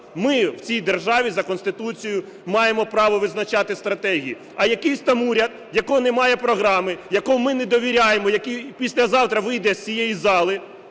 ми в цій державі за Конституцією маємо право визначати стратегії. А якийсь там уряд, в якого не має програми, якому ми недовіряємо, який післязавтра вийде з цієї зали